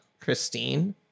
Christine